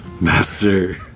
Master